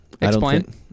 Explain